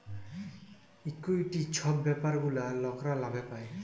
equity ছব ব্যাপার গুলা লকরা লাভে পায়